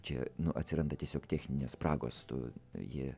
čia nu atsiranda tiesiog techninės spragos to jie